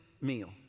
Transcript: meal